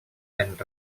fent